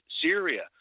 Syria